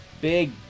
big